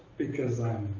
because i'm